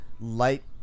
light